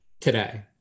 today